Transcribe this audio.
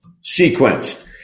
sequence